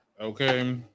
okay